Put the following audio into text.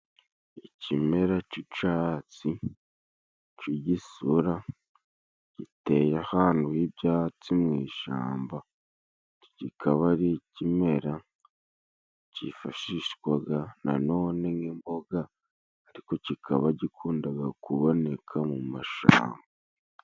Ikimera c'icatsi c'igisura giteye ahantu h'ibyatsi mu ishyamba, kikaba ari ikimera cyifashishwaga na none nk'imboga ariko kikaba gikundaga kuboneka mu mashamba.